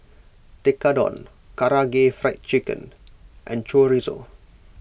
Tekkadon Karaage Fried Chicken and Chorizo